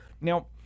Now